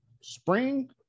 Spring